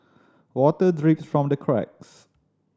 water drips from the cracks